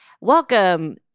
Welcome